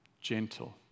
gentle